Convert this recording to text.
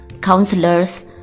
counselors